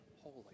holy